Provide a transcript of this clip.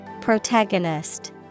Protagonist